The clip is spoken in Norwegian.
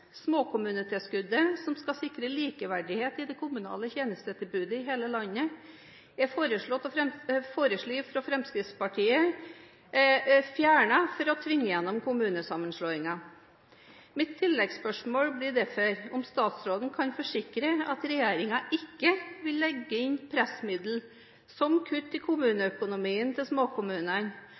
Småkommunetilskuddet som skal sikre likeverdighet i det kommunale tjenestetilbudet i hele landet, er av Fremskrittspartiet foreslått fjernet for å tvinge gjennom kommunesammenslåingen. Mitt tilleggsspørsmål blir derfor: Kan statsråden forsikre at regjeringen ikke vil legge inn pressmiddel som kutt i kommuneøkonomien til småkommunene